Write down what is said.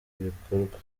bikorwa